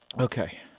Okay